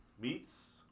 meats